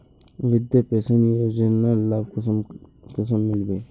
वृद्धा पेंशन योजनार लाभ कुंसम मिलबे?